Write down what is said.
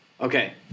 Okay